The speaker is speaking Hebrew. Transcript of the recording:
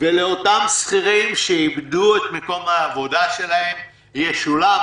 ולאותם שכירים שאיבדו את מקום העבודה שלהם ישולם.